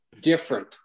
different